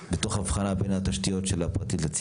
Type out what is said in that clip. אני מסתפק אם לעשות את זה כהסתייגות או נקודה.